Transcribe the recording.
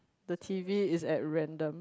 the t_v is at random